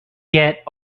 get